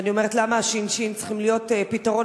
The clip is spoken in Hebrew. ואני שואלת: למה הש"ש צריכים להיות פתרון